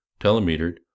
telemetered